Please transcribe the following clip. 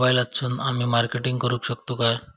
मोबाईलातसून आमी मार्केटिंग करूक शकतू काय?